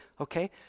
okay